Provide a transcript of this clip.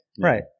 Right